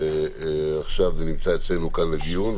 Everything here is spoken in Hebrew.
ועכשיו נמצא אצלנו כאן לדיון.